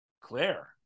Claire